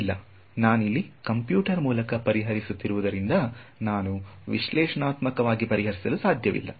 ಇಲ್ಲ ನಾನಿಲ್ಲಿ ಕಂಪ್ಯೂಟರ್ ಮೂಲಕ ಪರಿಹರಿಸು ತ್ತಿರುವುದರಿಂದ ನಾನು ವಿಶ್ಲೇಷಾತ್ಮಕವಾಗಿ ಪರಿಹರಿಸಲು ಸಾಧ್ಯವಿಲ್ಲ